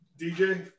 DJ